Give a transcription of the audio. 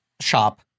shop